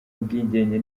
ubwigenge